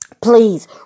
Please